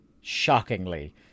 shockingly